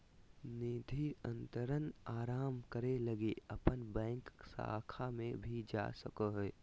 निधि अंतरण आरंभ करे लगी अपन बैंक शाखा में भी जा सको हो